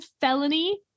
felony